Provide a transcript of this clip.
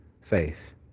faith